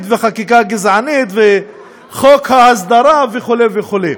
וחקיקה גזענית וחוק ההסדרה וכו' וכו'.